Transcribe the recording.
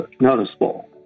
noticeable